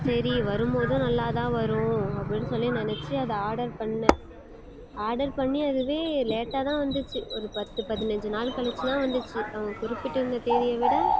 சரி வரும் போதும் நல்லா தான் வரும் அப்படினு சொல்லி நினச்சி அதை ஆர்டர் பண்ணிணேன் ஆர்டர் பண்ணி அதுவே லேட்டாக தான் வந்துச்சு ஒரு பத்து பதினஞ்சி நாள் கழிச்சு தான் வந்துச்சு அவங்க குறிப்பிட்டுருந்த தேதியை விட